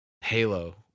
Halo